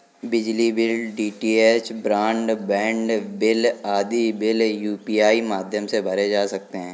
बिजली bill, DTH broadband bill आदि bill UPI माध्यम से भरे जा सकते हैं